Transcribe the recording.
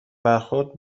برخورد